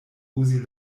uzi